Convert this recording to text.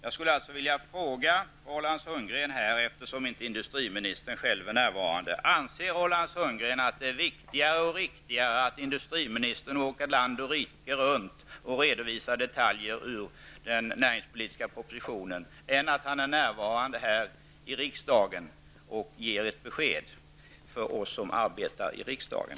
Eftersom industriministern själv inte är närvarande vill jag fråga Roland Sundgren följande: Anser Roland Sundgren att det är viktigare och riktigare att industriministern åker land och rike runt och redovisar detaljer i den näringspolitiska propositionen än att han är närvarande här i riksdagen och ger ett besked till oss som arbetar riksdagen?